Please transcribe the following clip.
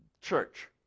church